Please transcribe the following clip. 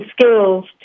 skills